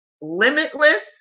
limitless